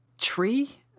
tree